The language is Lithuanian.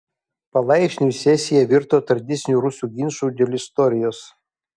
palaipsniui sesija virto tradiciniu rusų ginču dėl istorijos